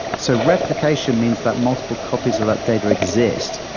so replication means that multiple copies of that data exist,